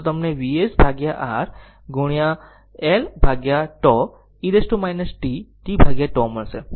જો તમે આવું કરો છો તો તમને VsR Lτ e t tτ મળશે